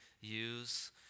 use